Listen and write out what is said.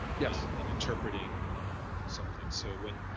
yeah in interpreting something. so when